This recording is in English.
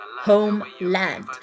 homeland